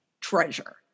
treasure